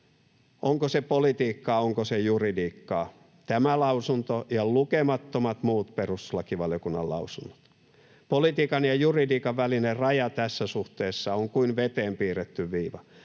onko se politiikkaa, onko se juridiikkaa, tämä lausunto ja lukemattomat muut perustuslakivaliokunnan lausunnot. Politiikan ja juridiikan välinen raja tässä suhteessa on kuin veteen piirretty viiva.